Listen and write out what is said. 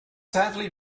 sadly